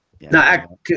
Now